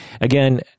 Again